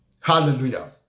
Hallelujah